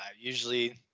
usually